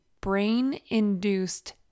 brain-induced